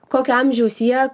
kokio amžiaus jie